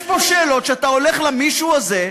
יש פה שאלות שאתה הולך למישהו הזה,